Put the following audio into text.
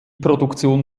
produktion